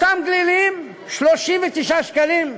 ואותם גלילים, 39 שקלים,